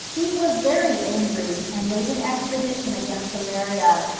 he was very angry, and made an expedition against samaria,